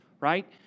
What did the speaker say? right